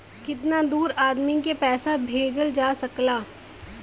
कितना दूर आदमी के पैसा भेजल जा सकला?